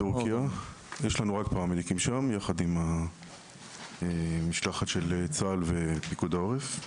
יש לנו רק פרמדיקים שם יחד עם המשלחת של צה"ל ופיקוד העורף.